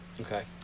Okay